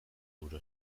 euro